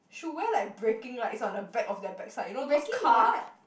should wear like braking lights on the back of their backside you know those car